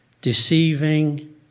deceiving